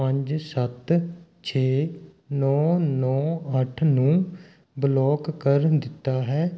ਪੰਜ ਸੱਤ ਛੇ ਨੌਂ ਨੌਂ ਅੱਠ ਨੂੰ ਬਲੋਕ ਕਰ ਦਿੱਤਾ ਹੈ